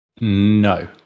No